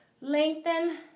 lengthen